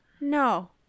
no